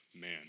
man